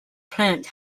plant